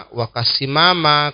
wakasimama